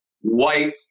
white